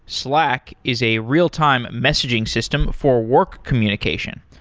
slack is a real-time messaging system for work communication.